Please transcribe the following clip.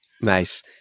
Nice